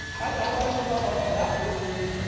i thought he was a baptist. and